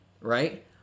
Right